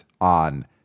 on